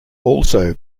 also